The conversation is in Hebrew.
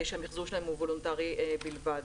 שהמיחזור שלהם הוא וולונטרי בלבד.